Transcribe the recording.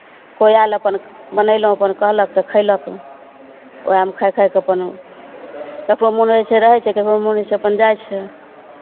कोइ आयल अपन बनयलहुँ अपन कहलक तऽ खयलक उएहमे खाए खाए कऽ अपन ककरो मोन होइ छै रहै छै ककरो मोन होइ छै अपन जाइ छै